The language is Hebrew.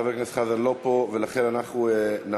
חבר הכנסת חזן לא פה, ולכן אנחנו נעבור